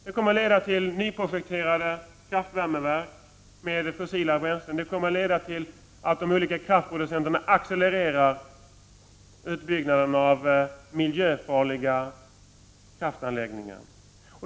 Det kommer att leda till nyprojektering av kraftvärmeverk med användning av fossila bränslen, och det kommer att leda till att de olika kraftproducenterna accelererar utbyggnaden av miljöfarliga kraftanläggningar.